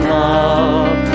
love